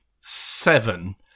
seven